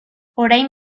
orain